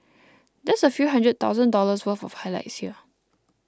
that's a few hundred thousand dollars worth of highlights here